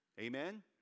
Amen